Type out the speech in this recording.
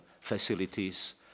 facilities